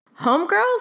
Homegirls